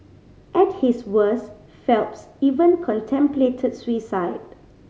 at his worst Phelps even contemplated suicide